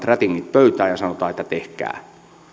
rätingit pöytään ja sanotaan että tehkää tämä on